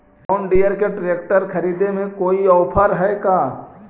जोन Deere के tractor खरिदे में कोई औफर है का?